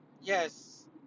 yes